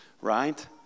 Right